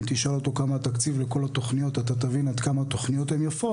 אם תשאל אותו כמה התקציב לכל התוכניות אתה תבין עד כמה תוכניות הן יפות,